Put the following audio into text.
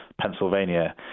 Pennsylvania